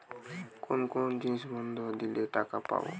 কোন কোন জিনিস বন্ধক দিলে টাকা পাব?